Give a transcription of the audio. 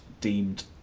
deemed